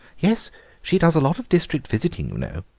yes she does a lot of district visiting, you know.